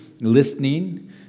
listening